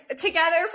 together